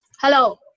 Hello